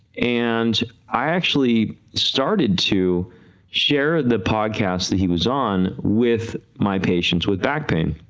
and i actually started to share the podcast that he was on with my patients with back pain,